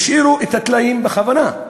והשאירו את הטלאים בכוונה,